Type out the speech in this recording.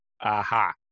aha